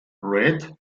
red